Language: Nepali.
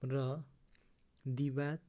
र दिवात